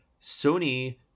Sony